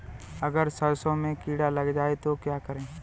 अगर सरसों में कीड़ा लग जाए तो क्या करें?